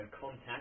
contact